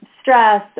stress